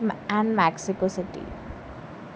and Mexico city